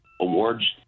awards